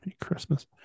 Christmas